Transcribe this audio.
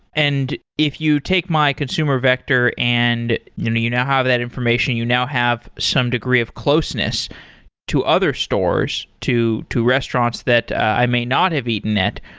and if you take my consumer vector and you you now have that information, you now have some degree of closeness to other stores, to to restaurants that i may not have eaten at,